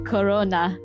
Corona